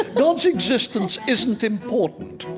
god's existence isn't important.